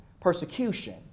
persecution